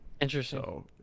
Interesting